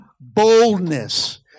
boldness